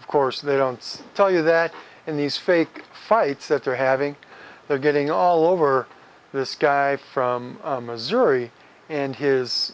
of course they don't tell you that in these fake fights that they're having they're getting all over this guy from missouri and his